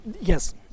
Yes